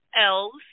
elves